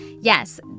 Yes